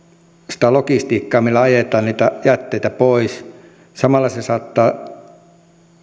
sitä logistiikkaa millä ajetaan niitä jätteitä pois samalla se saattaa